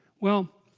well